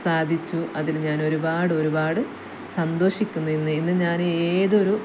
സാധിച്ചു അതിൽ ഞാൻ ഒരുപാട് ഒരുപാട് സന്തോഷിക്കുന്നു ഇന്ന് ഇന്ന് ഞാൻ ഏതൊരു